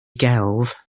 gelf